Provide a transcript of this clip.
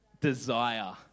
desire